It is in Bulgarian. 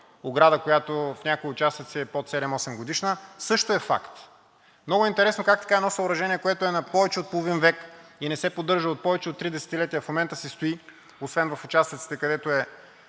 ограда, която в някои участъци е под 7 – 8-годишна, също е факт. Много е интересно как така едно съоръжение, което е на повече от половин век и не се поддържа повече от три десетилетия, в момента си стои, освен в участъците, където е